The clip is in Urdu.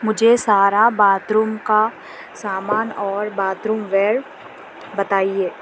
مجھے سارا باتھ روم کا سامان اور باتھ روم ویئر بتائیے